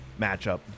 matchup